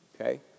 Okay